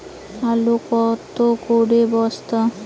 আলু কত করে বস্তা?